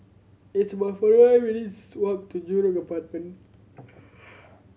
it's about forty one minutes' walk to Jurong Apartment